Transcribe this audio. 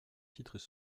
titres